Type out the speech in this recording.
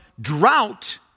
drought